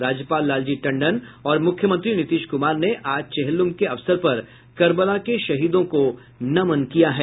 राज्यपाल लालजी टंडन और मुख्यमंत्री नीतीश कुमार ने आज चेहल्लुम के अवसर पर कर्बला के शहीदों को नमन किया है